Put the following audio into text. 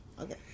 Okay